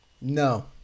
No